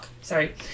sorry